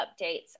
updates